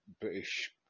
British